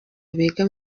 biga